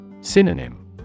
Synonym